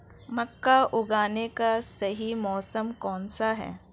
मक्का उगाने का सही मौसम कौनसा है?